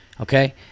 okay